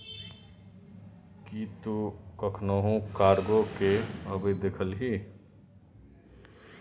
कि तु कखनहुँ कार्गो केँ अबैत देखलिही?